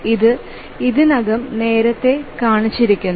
ഇത് ഇതിനകം നേരത്തെ കാണിച്ചിരിക്കുന്നു